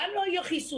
גם לא יהיו חיסונים,